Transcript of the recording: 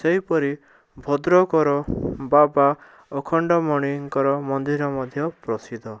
ସେହିପରି ଭଦ୍ରକର ବାବା ଆଖଣ୍ଡଳମଣିଙ୍କର ମନ୍ଦିର ମଧ୍ୟ ପ୍ରସିଦ୍ଧ